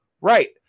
Right